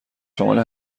شامل